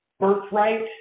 birthright